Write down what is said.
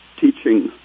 teaching